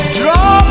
draw